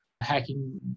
hacking